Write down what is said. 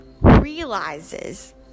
realizes